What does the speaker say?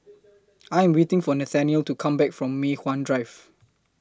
I Am waiting For Nathanial to Come Back from Mei Hwan Drive